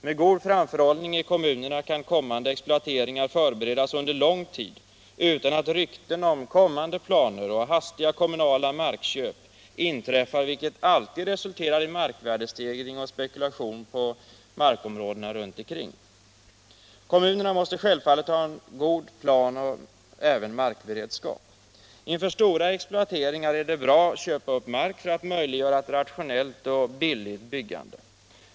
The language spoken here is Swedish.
Med god framförhållning i kommunerna kan kommande exploateringar förberedas under lång tid utan att rykten om kommande planer och hastiga kommunala markköp inverkar, vilket alltid resulterar i markvärdestegring och spekulation på markområden runt omkring. Kommunerna måste självfallet ha en god planoch markberedskap. Inför stora exploateringar är det bra att köpa upp mark för att möjliggöra ett rationellt och billigt byggande.